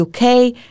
UK